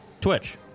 Twitch